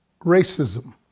racism